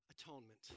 atonement